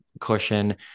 cushion